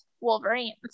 wolverines